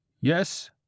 Yes